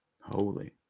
Holy